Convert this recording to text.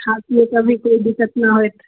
खाय पीयैके भी कोइ दिक्कत ना होयत